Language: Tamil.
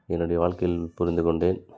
என்னுடய வாழ்க்கையில் புரிந்து கொண்டேன்